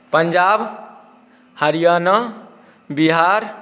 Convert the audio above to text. Punjab Haryana Bihar